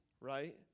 right